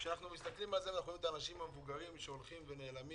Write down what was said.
כשאנחנו מסתכלים על האנשים המבוגרים שהולכים ונעלמים